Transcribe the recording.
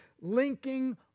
linking